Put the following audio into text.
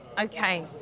okay